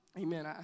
Amen